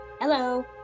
Hello